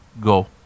go